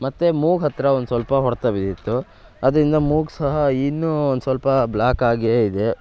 ಮತ್ತೆ ಮೂಗು ಹತ್ತಿರ ಒಂದು ಸ್ವಲ್ಪ ಹೊಡ್ತ ಬಿದ್ದಿತ್ತು ಅದರಿಂದ ಮೂಗು ಸಹ ಇನ್ನೂ ಒಂದು ಸ್ವಲ್ಪ ಬ್ಲ್ಯಾಕಾಗೇ ಇದೆ